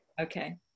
Okay